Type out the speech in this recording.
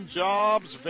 jobs